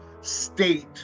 state